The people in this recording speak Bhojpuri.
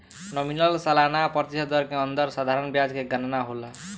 नॉमिनल सालाना प्रतिशत दर के अंदर साधारण ब्याज के गनना होला